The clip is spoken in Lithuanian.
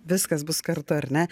viskas bus kartu ar ne